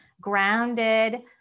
grounded